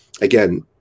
again